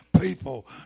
people